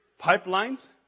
pipelines